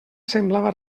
semblava